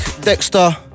Dexter